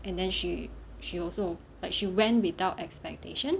and then she she also like she went without expectation